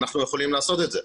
אנחנו יכולים לעשות את זה.